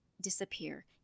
disappear